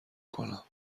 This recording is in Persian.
کنم